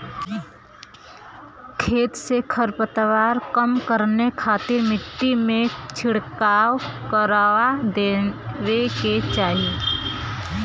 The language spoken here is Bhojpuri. खेत से खरपतवार कम करे खातिर मट्टी में छिड़काव करवा देवे के चाही